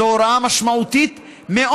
זו הוראה משמעותית מאוד,